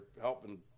helping